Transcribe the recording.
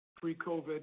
pre-COVID